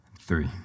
three